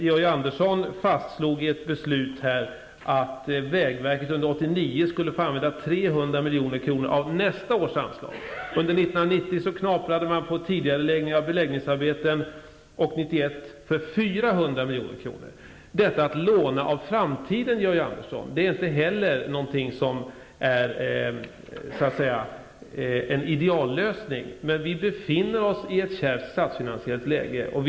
Georg Andersson fastslog i ett beslut att vägverket under 1989 skulle få använda 300 knaprade man på en tidigareläggning av beläggningsarbeten för 400 milj.kr. Att låna av framtiden, Georg Andersson, är inte heller någon ideallösning. Vi befinner oss emellertid i ett kärvt statsfinansiellt läge.